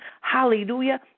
Hallelujah